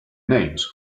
names